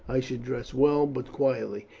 i should dress well but quietly.